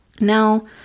Now